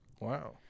Wow